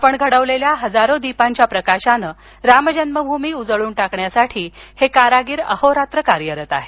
आपण घडविलेल्या हजारो दीपांच्या प्रकाशानं रामजन्मभूमी उजळून टाकण्यासाठी कारागीर अहोरात्र कार्यरत आहेत